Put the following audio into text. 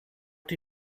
die